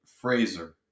Fraser